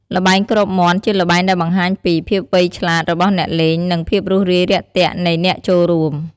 ល្បែងគ្របមាន់ជាល្បែងដែលបង្ហាញពី ភាពវៃឆ្លាត របស់អ្នកលេង និង ភាពរួសរាយរាក់ទាក់ នៃអ្នកចូលរួម។